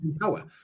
power